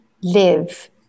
live